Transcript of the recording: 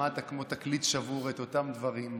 שמעת כמו תקליט שבור את אותם דברים.